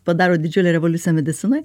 padaro didžiulę revoliuciją medicinoj